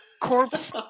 corpse